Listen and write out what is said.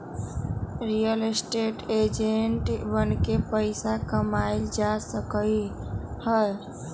real estate agent बनके पइसा कमाएल जा सकलई ह